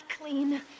clean